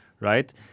right